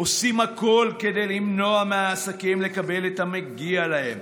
עושים הכול כדי למנוע מהעסקים לקבל את המגיע להם.